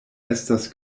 estas